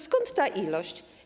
Skąd ta ilość?